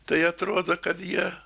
tai atrodo kad jie